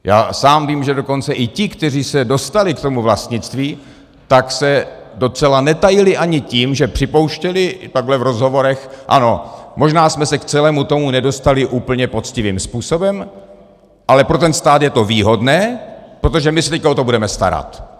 Já sám vím, že dokonce i ti, kteří se dostali k tomu vlastnictví, tak se docela netajili ani tím, že připouštěli v rozhovorech: Ano, možná jsme se k celému tomu nedostali úplně poctivým způsobem, ale pro ten stát je to výhodné, protože my se o to budeme starat.